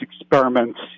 experiments